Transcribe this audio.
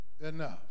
enough